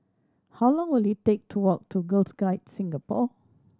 how long will it take to walk to Girls Guides Singapore